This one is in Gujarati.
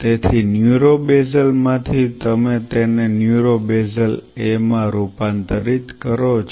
તેથી ન્યુરો બેઝલ માંથી તમે તેને ન્યુરો બેઝલ A માં રૂપાંતરિત કરો છો